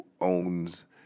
owns